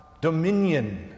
dominion